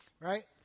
right